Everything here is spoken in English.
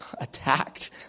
attacked